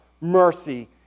mercy